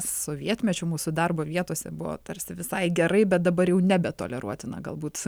sovietmečiu mūsų darbo vietose buvo tarsi visai gerai bet dabar jau nebetoleruotina galbūt